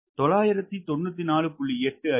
8 அடி